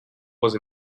was